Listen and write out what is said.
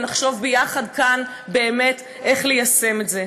ונחשוב ביחד כאן איך באמת ליישם את זה.